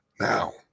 now